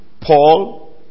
Paul